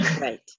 Right